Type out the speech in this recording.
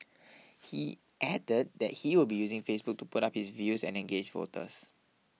he added that he will be using Facebook to put up his views and engage voters